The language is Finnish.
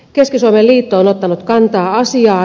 keski suomen liitto on ottanut kantaa asiaan